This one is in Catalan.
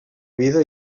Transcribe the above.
vida